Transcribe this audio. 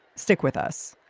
stick with us